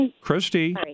Christy